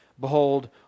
behold